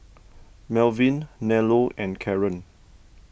Malvin Nello and Caren